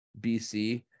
BC